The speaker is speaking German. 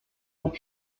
mit